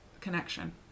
connection